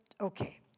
okay